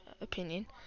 opinion